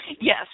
Yes